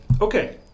Okay